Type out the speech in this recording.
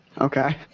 okay